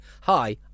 hi